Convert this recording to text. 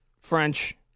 French